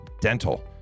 dental